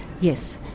Yes